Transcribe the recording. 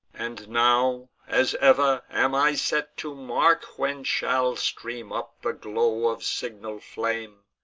and now, as ever, am i set to mark when shall stream up the glow of signal-flame,